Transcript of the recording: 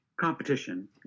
competition